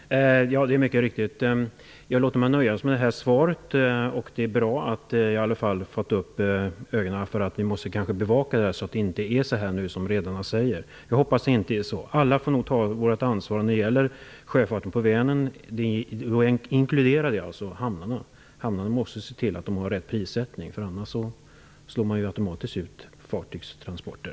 Herr talman! Ja, det är riktigt. Jag låter mig nöja med svaret. Det är bra att vi i alla fall har fått upp ögonen för att vi måste bevaka så att det inte är som redarna säger. Jag hoppas att det inte är så. Alla får vi nog ta vårt ansvar när det gäller sjöfarten på Vänern, och den inkluderar hamnarna. Hamnarna måste se till att de har rätt prissättning, annars slår man automatiskt ut fartygstransporter.